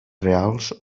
reals